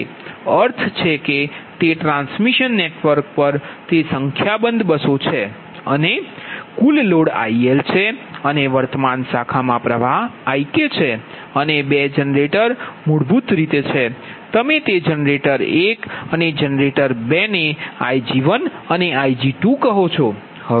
હવે અર્થ છે કે તે ટ્રાન્સમીશન નેટવર્ક પર તે સંખ્યાબંધ બસો છે અને કુલ લોડ IL છે અને વર્તમાન શાખામા પ્રવાહ IKછે અને બે જનરેટર મૂળભૂત રીતે છે તમે તે જનરેટર 1 અને જનરેટર 2 ને Ig1 અને Ig2 કહો છો